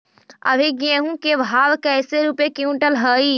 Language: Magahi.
अभी गेहूं के भाव कैसे रूपये क्विंटल हई?